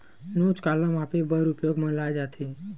नोच काला मापे बर उपयोग म लाये जाथे?